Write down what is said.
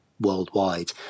worldwide